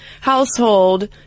household